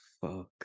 fuck